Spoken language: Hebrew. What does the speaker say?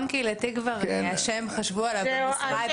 קהילתי זה שם שחשבו עליו במשרד לפני כן.